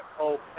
okay